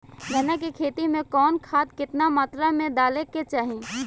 गन्ना के खेती में कवन खाद केतना मात्रा में डाले के चाही?